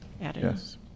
yes